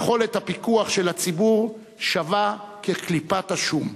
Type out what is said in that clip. יכולת הפיקוח של הציבור שווה כקליפת השום.